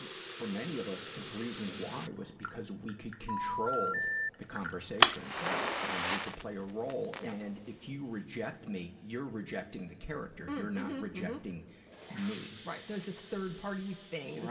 and for many of us, the reason why was because we could control the conversation, and we could play a role and if you reject me, you're rejecting the character you're not rejecting me. right, there's this third party thing,